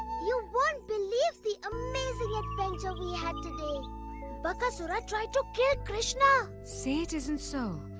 you won't believe the amazing adventure we had today! bakasura tried to kill krishna! say it isn't so.